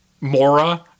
Mora